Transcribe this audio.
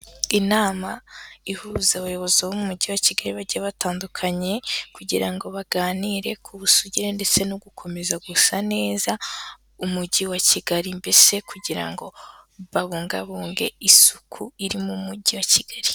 Inama ihuza abayobozi bo mu mujyi wa Kigali bagiye batandukanye, kugira ngo baganire ku busugire ndetse no gukomeza gusa neza umujyi wa Kigali, mbese kugira ngo babungabunge isuku iri mu mujyi wa Kigali.